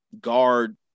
guard